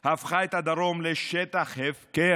הפכה את הדרום לשטח הפקר,